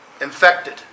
infected